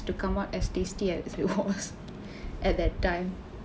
to come up as tasty as it was at that time